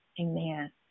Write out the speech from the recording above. Amen